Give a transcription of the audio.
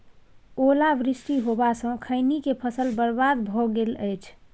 ओला वृष्टी होबा स खैनी के फसल बर्बाद भ गेल अछि?